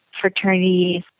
fraternities